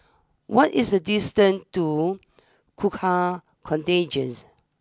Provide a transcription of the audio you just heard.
what is the distance to Gurkha Contingent